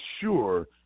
sure